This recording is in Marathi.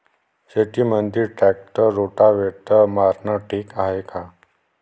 शेतामंदी ट्रॅक्टर रोटावेटर मारनं ठीक हाये का?